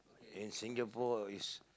in Singapore is